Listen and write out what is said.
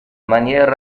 manière